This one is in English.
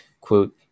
quote